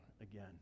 again